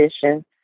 position